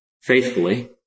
faithfully